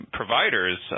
providers